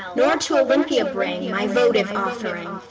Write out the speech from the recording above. nor to olympia bring my votive offering.